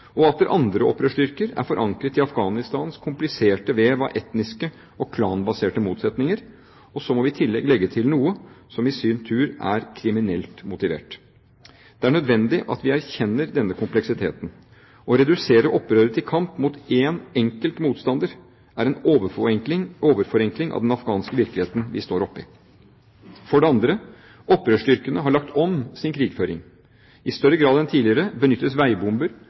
Atter andre opprørsstyrker er forankret i Afghanistans kompliserte vev av etniske og klanbaserte motsetninger. Så må vi i tillegg legge til noe som i sin tur er kriminelt motivert. Det er nødvendig at vi erkjenner denne kompleksiteten. Å redusere opprøret til kamp mot én enkelt motstander er en overforenkling av den afghanske virkeligheten vi står oppe i. For det andre: Opprørsstyrkene har lagt om sin krigføring. I større grad enn tidligere benyttes veibomber,